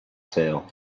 sale